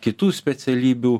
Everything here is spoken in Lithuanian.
kitų specialybių